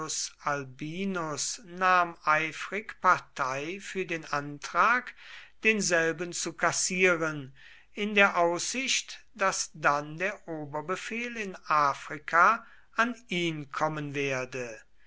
nahm eifrig partei für den antrag denselben zu kassieren in der aussicht daß dann der oberbefehl in afrika an ihn kommen werde